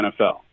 NFL